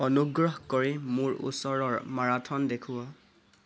অনুগ্ৰহ কৰি মোৰ ওচৰৰ মাৰাথন দেখুওৱা